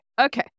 okay